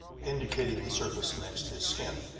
indicating the surface next his skin,